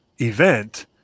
event